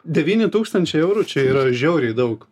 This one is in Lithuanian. devyni tūkstančiai eurų čia yra žiauriai daug